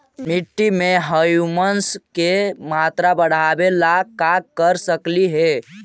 मिट्टी में ह्यूमस के मात्रा बढ़ावे ला का कर सकली हे?